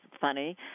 funny